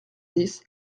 dix